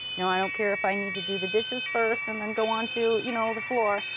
you know i don't care if i need to do the dishes first and then go on to you know the floor.